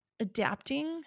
adapting